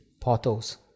portals